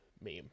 meme